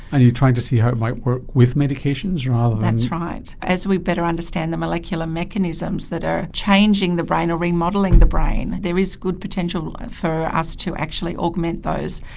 and you're trying to see how it might work with medications rather than? that's right. as we better understand the molecular mechanisms that are changing the brain or remodelling the brain, there is good potential for us to actually augment those.